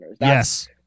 Yes